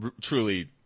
truly